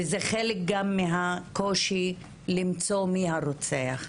וזה חלק מהקושי למצוא מי הרוצח.